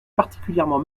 particulièrement